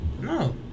No